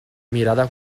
mirada